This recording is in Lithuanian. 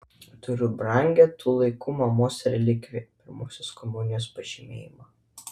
turiu brangią tų laikų mamos relikviją pirmosios komunijos pažymėjimą